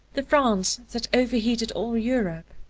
the france that overheated all europe.